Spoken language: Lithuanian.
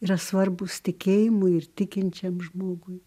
yra svarbūs tikėjimui ir tikinčiam žmogui